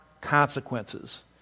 consequences